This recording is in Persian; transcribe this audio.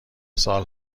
سال